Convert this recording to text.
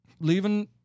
leaving